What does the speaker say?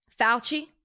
Fauci